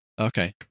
Okay